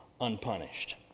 unpunished